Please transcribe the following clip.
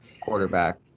quarterback